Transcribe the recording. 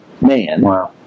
man